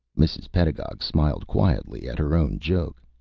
mrs. pedagog smiled quietly at her own joke.